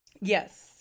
Yes